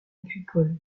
agricole